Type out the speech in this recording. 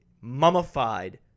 mummified